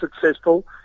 successful